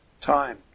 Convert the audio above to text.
time